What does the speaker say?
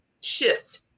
shift